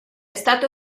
stato